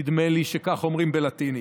נדמה לי שכך אומרים בלטינית.